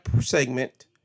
segment